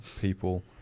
people